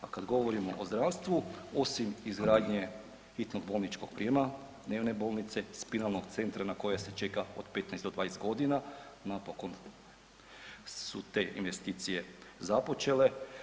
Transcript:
Pa kad govorimo o zdravstvu osim izgradnje hitnog bolničkog prijema, dnevne bolnice, spinalnog centra na koje se čeka od 15 do 20 godina, napokon su te investicije započele.